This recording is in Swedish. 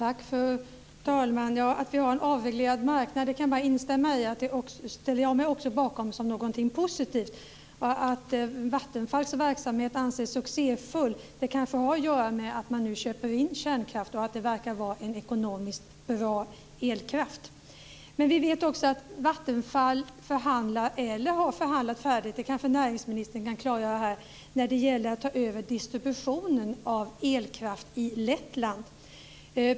Fru talman! Ja, vi har en avreglerad marknad. Det kan jag instämma i, och det ställer jag mig också bakom som någonting positivt. Att Vattenfalls verksamhet anses som "succéfull" kanske har att göra med att man nu köper in kärnkraft, och att det verkar vara en ekonomiskt bra elkraft. Men vi vet också att Vattenfall förhandlar, eller har förhandlat färdigt - det kanske näringsministern kan klargöra här - när det gäller att ta över distributionen av elkraft i Lettland.